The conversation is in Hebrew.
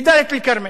חיבורי חשמל.